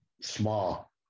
small